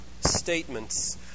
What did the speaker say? statements